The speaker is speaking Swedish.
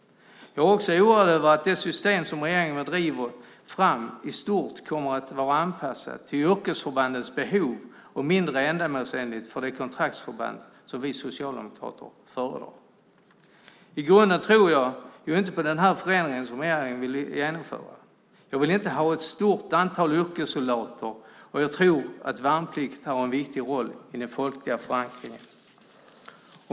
Jag är också oroad över att det system som regeringen driver fram i stort kommer att vara anpassat till yrkesförbandens behov och mindre ändamålsenligt för de kontraktsförband som vi socialdemokrater föredrar. I grunden tror jag inte på den förändring som regeringen vill genomföra. Jag vill inte ha ett stort antal yrkessoldater, och jag tror att värnplikten har en viktig roll i den folkliga förankringen.